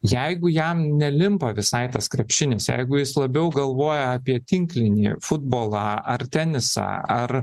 jeigu jam nelimpa visai tas krepšinis jeigu jis labiau galvoja apie tinklinį futbolą ar tenisą ar